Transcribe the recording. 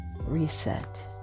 reset